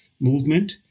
movement